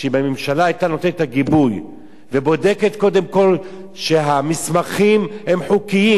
שאם הממשלה היתה נותנת את הגיבוי ובודקת קודם כול שהמסמכים הם חוקיים,